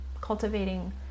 Cultivating